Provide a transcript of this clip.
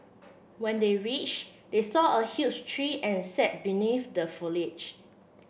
when they reached they saw a huge tree and sat beneath the foliage